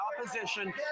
opposition